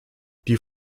die